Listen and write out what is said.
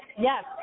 yes